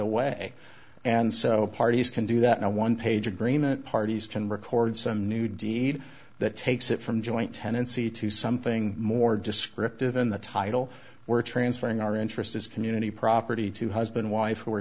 away and so parties can do that no one page agreement parties can record some new deed that takes it from joint tenancy to something more descriptive in the title we're transferring our interest as community property to husband wife who are